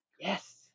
Yes